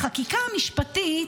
לחקיקה המשפטית,